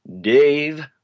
Dave